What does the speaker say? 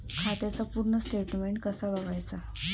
खात्याचा पूर्ण स्टेटमेट कसा बगायचा?